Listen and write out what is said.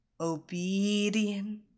obedient